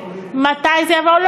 מתי זה יבוא,